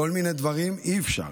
כל מיני דברים אי-אפשר.